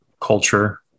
culture